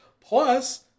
Plus